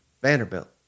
Vanderbilt